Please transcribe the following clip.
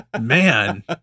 Man